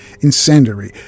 incendiary